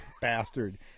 bastard